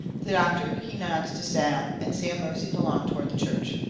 the doctor, he nods to sam, and sam moseys along toward the church.